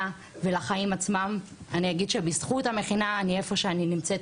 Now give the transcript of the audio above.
ובסוף מה זה תקציב?